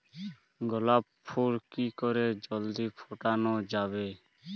গোলাপ ফুল কি করে জলদি ফোটানো যাবে?